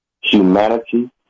humanity